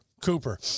Cooper